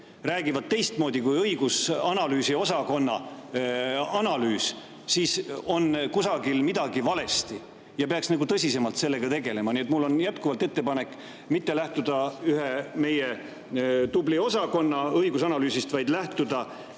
räägivad teistmoodi kui õigus- ja analüüsiosakonna analüüs, siis [äkki] on kusagil midagi valesti ja sellega peaks tõsisemalt tegelema. Nii et mul on jätkuvalt ettepanek mitte lähtuda ühe meie tubli osakonna õigusanalüüsist, vaid lähtuda